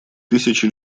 тысячи